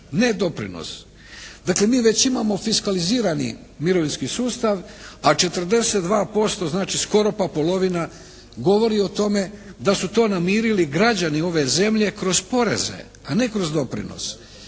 ne doprinos. Dakle, mi već imamo fiskalizirani mirovinski sustav a 42% znači skoro pa polovina govori o tome da su to namirili građani ove zemlje kroz poreze a ne kroz doprinos